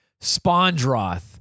Spondroth